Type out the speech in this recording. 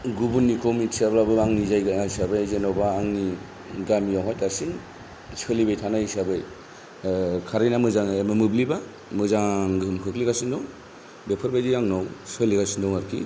गुबुननिखौ मिथियाब्लाबो आंनि जायगा हिसाबै जेनबा आंनि गामियावहाय दासिम सोलिबाय थानाय हिसाबै कारेन्टा मोजाङै बा मोब्लिबा मोजां गोहोम खोख्लैगासिनो दं बेफोरबायदि आंनाव सोलिगासिनो दं आरोखि